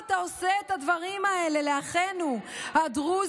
למה אתה עושה את הדברים האלה לאחינו הדרוזים,